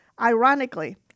Ironically